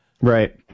right